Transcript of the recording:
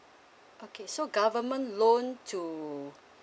okay so government loan to